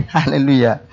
Hallelujah